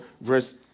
verse